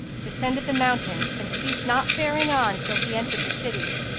descended the mountain and ceased not faring on till he entered the city.